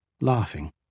laughing